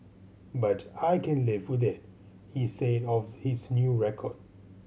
but I can live with it he said of his new record